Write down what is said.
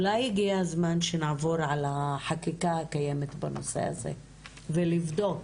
אולי הגיע הזמן שנעבור על החקיקה הקיימת בנושא הזה כדי לבדוק.